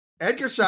edgar